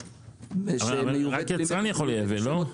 רק מי שיצרן יכול לייבא, לא?